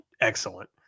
excellent